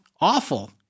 Awful